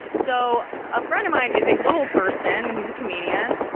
so a friend of mine is a little person, and he's a comedian.